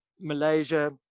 Malaysia